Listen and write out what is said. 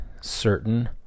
certain